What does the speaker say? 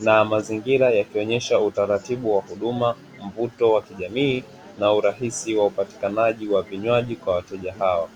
na mazingira yakionyesha utaratibu wa huduma, mvuto wa kijamii na urahisi wa upatikanaji wa vinywaji kwa wateja hawa.